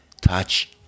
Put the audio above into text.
touch